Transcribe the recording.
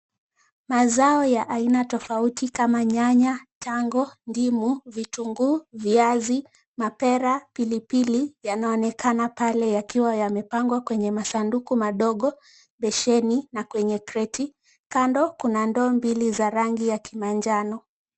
Mazao ya aina tofauti kama nyanya, tango, ndimu, vitunguu, viazi, mapera, pilipili yanaonekana pale yakiwa yamepangwa kwenye masanduku madogo, besheni na kwenye kreti. Kando kuna ndoo mbili za rangi ya kimanjano.